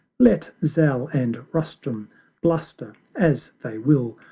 let zal and rustum bluster as they will,